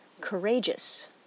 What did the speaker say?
courageous